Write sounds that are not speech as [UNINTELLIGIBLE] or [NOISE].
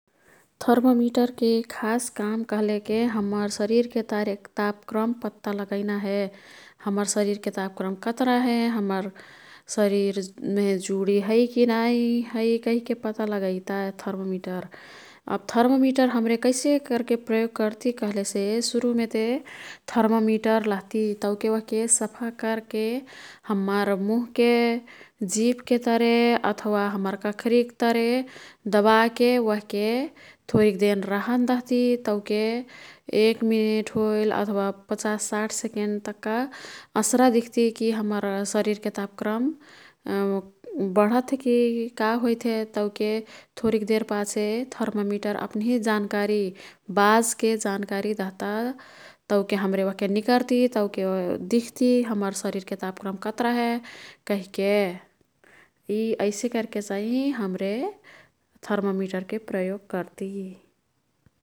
थर्ममिटरके खास काम कह्लेके हम्मर शरीरके [UNINTELLIGIBLE] तापक्रम पत्ता लगैना हे। हम्मर शरिरके तापक्रम कत्रा हे हम्मर शरीरमे जुडी है की नाई है कहिके पत्ता लगैता थर्ममिटर। अब थर्ममिटर हाम्रे कैसे कर्के प्रयोग कर्ती कह्लेसे सुरुमेते थर्ममिटर लहती तौके ओह्के सफा कर्के हम्मर मुहके जिभके तरे अथवा हम्मर कखरीक् तरे दबाके ओह्के थोरिक देर रहन दह्ती। तौके एक मिनेट होईल अथवा पच्चास साठ सेकेन्ड तक्का अस्रा दिख्तीकी हम्मर शरीरके तापक्रम [HESITATION] बढत् हे की का होइत् तौके थोरिक देर पाछे थर्ममिटर अप्निही जानकारी बाजके जानकारी दह्ता। तौके हाम्रे ओह्के निकर्ती तौके [UNINTELLIGIBLE] दिख्ती हम्मर शरिरके तापक्रम कत्रा हे कहिके। यी ऐसे कर्के चाई हाम्रे थर्ममिटरके प्रयोग कर्ती।